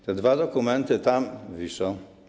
Te dwa dokumenty tam wiszą.